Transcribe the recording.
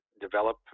develop